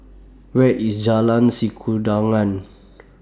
Where IS Jalan Sikudangan